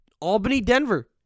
Albany-Denver